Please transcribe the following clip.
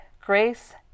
Grace